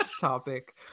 topic